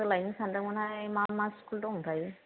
सोलायनो सान्दोंमोन हाय मा मा स्कुल दं थाय